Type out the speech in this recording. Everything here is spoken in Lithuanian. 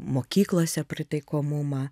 mokyklose pritaikomumą